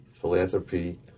philanthropy